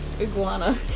iguana